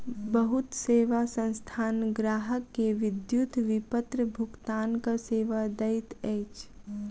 बहुत सेवा संस्थान ग्राहक के विद्युत विपत्र भुगतानक सेवा दैत अछि